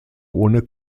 ohne